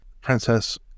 Princess